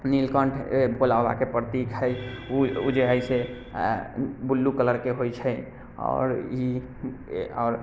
नीलकण्ठ भोला बाबाके प्रतीक हइ ओ जे हइ से बूलू कलरके होइत छै आओर ई ई